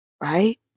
right